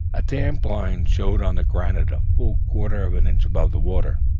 a damp line showed on the granite a full quarter of an inch above the water.